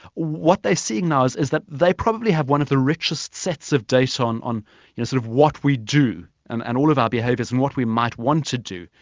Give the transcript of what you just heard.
what they're seeing now is is that they probably have one of the richest sets of data on on you know sort of what we do and and all of our behaviours and what we might want to do.